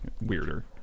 weirder